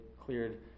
cleared